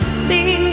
see